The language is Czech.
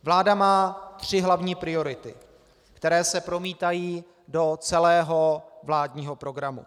Vláda má tři hlavní priority, které se promítají do celého vládního programu.